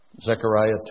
Zechariah